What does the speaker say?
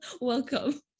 Welcome